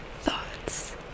thoughts